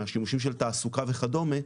שימושים של תעסוקה וכדומה,